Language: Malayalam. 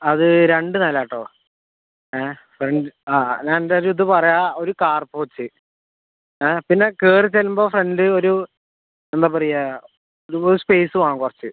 അത് രണ്ട് നില കേട്ടോ ഏഹ് ഫ്രണ്ട് ആ ഞാൻ എന്തായാലും ഇത് പറയാം ഒര് കാർ പോർച്ച് ഏഹ് പിന്നെ കയറി ചെല്ലുമ്പം ഫ്രണ്ട് ഒരു എന്താ പറയുക റൂം സ്പേസ് വേണം കുറച്ച്